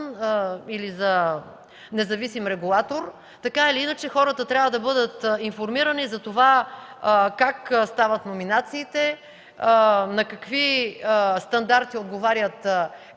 или за независим регулатор. Така или иначе хората трябва да бъдат информирани как стават номинациите, на какви стандарти отговарят